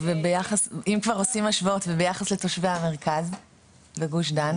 כבר עושים השוואות, וביחס לתושבי המרכז וגוש דן?